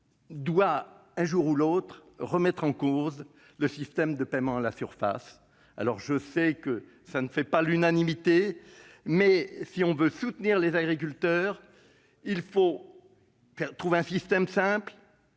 devra, un jour ou l'autre, remettre en cause le système de paiement à la surface. Je sais que cette opinion ne fait pas l'unanimité, mais si l'on veut soutenir les agriculteurs, il faut trouver un système simple,